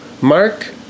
Mark